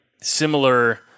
similar